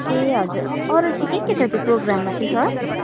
ए हजुर अरू चाहिँ के के छ त्यो प्रोग्राममा चाहिँ सर